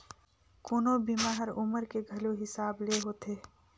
कोनो बीमा हर उमर के घलो हिसाब ले होथे